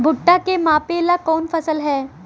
भूट्टा के मापे ला कवन फसल ह?